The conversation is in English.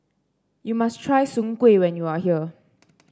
you must try Soon Kuih when you are here